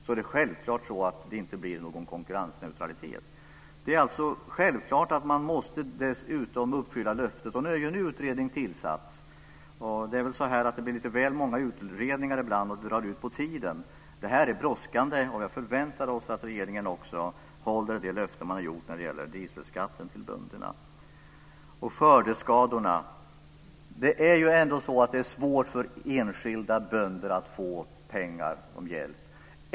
Då blir det självfallet inte någon konkurrensneutralitet. Dessutom måste man uppfylla löftet. Nu är ju en utredning tillsatt. Det blir väl lite väl många utredningar ibland, och det drar ut på tiden. Det här är brådskande. Vi förväntar oss att regeringen håller det löfte man har gett till bönderna när det gäller dieselskatten. Det är svårt för enskilda bönder att få pengar för skördeskador.